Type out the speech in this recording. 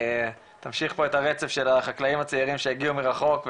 תמשיך פה את הרצף של החקלאים הצעירים שהגיעו מרחוק,